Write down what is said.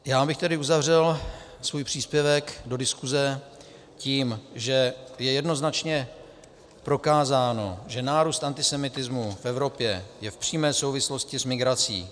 Já abych tedy uzavřel svůj příspěvek do diskuse tím, že je jednoznačně prokázáno, že nárůst antisemitismu v Evropě je v přímé souvislosti s migrací.